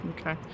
Okay